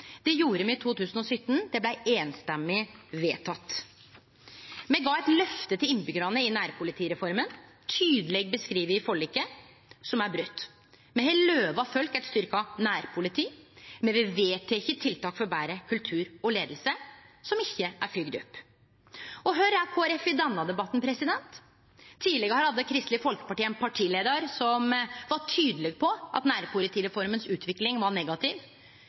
Det gjorde me i 2017, og det blei samrøystes vedteke. Me gav eit løfte til innbyggjarane i samband med nærpolitireforma, tydeleg beskrive i forliket, som er brote. Me har lova folk eit styrkt nærpoliti. Me har vedteke tiltak for betre kultur og leiing som ikkje er fylgde opp. Kvar er Kristeleg Folkeparti i denne debatten? Tidlegare hadde Kristeleg Folkeparti ein partileiar som var tydeleg på at utviklinga av nærpolitireforma var negativ.